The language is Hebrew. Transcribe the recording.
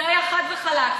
זה היה חד וחלק.